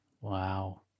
Wow